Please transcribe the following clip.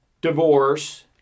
divorce